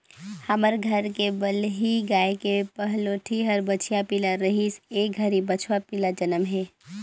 हमर घर के बलही गाय के पहलोठि हर बछिया पिला रहिस ए घरी बछवा पिला जनम हे